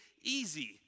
easy